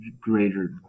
greater